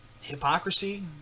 hypocrisy